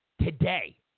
today